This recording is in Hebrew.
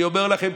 אני אומר לכם,